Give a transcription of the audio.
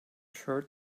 shirt